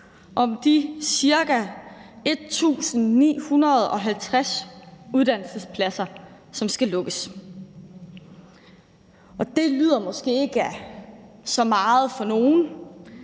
om de ca. 1.950 uddannelsespladser, som skal lukkes. Det lyder måske ikke af så meget for nogle,